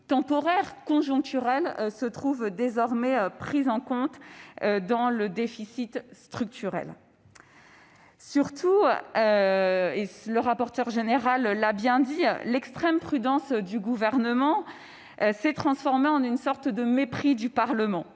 être conjoncturelles se trouvent désormais prises en compte dans le déficit structurel. D'autre part, ainsi que le rapporteur général l'a bien dit, l'extrême prudence du Gouvernement s'est transformée en une sorte de mépris du Parlement.